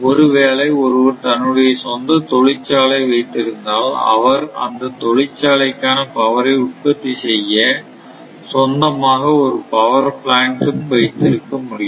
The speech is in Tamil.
ஒருவேளை ஒருவர் தன்னுடைய சொந்த தொழிற்சாலை வைத்திருந்தால் அவர் அந்த தொழிற்சாலைக்கான பவரை உற்பத்தி செய்ய சொந்தமாக ஒரு பவர் பிளான்ட் ம் வைத்திருக்க முடியும்